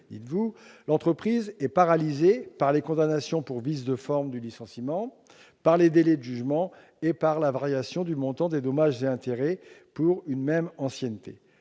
l'entreprise est paralysée par les condamnations pour vice de forme du licenciement, par les délais de jugement et par la variation du montant des dommages et intérêts pour une même ancienneté.